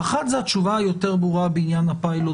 האחת זה התשובה היותר ברורה בעניין הפילוט